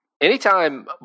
Anytime